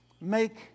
Make